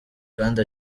kindi